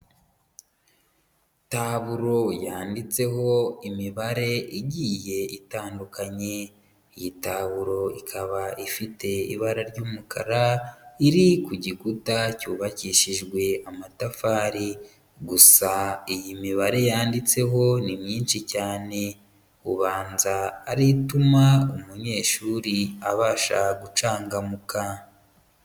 Taburo yanditseho imibare igiye itandukanye, iyi taburo ikaba ifite ibara ry'umukara, iri ku gikuta cyubakishijwe amatafari gusa iyi mibare yanditseho ni myinshi cyane, ubanza ari ituma umunyeshuri abasha gucangamuka.